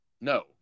No